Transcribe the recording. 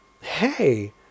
hey